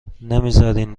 نمیزارین